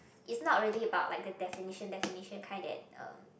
it's not really about like a definition definition kind that uh